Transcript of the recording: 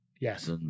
Yes